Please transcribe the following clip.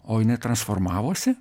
o jinai transformavosi